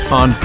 on